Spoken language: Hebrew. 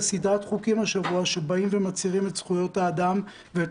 סדרת חוקים השבוע שבאים ומצרים את זכויות האדם ואת